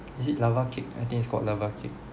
is it lava cake I think it's called lava cake